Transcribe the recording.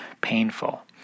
painful